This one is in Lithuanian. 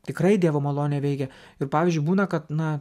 tikrai dievo malonė veikia ir pavyzdžiui būna kad na